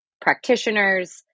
practitioners